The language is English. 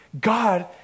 God